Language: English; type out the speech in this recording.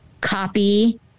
copy